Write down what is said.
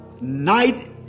night